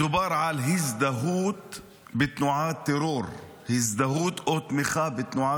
מדובר על הזדהות עם תנועת טרור או תמיכה בה,